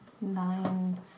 Nine